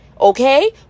okay